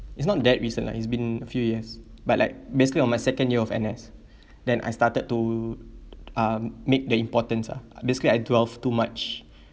it's not that recent like it's been a few years but like basically on my second year of N_S then I started to um make the importants ah basically I dwelve too much